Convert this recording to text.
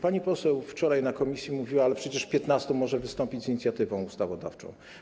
Pani poseł wczoraj w komisji mówiła: Ale przecież 15 może wystąpić z inicjatywą ustawodawczą.